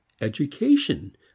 education